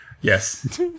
Yes